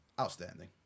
Outstanding